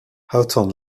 houghton